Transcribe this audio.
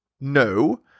No